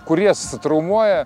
kurie traumuoja